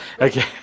Okay